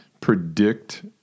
predict